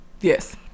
Yes